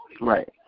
Right